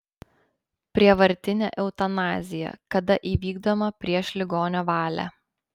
prievartinė eutanazija kada įvykdoma prieš ligonio valią